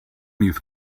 used